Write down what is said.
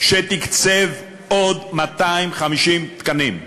שתקצב עוד 250 תקנים,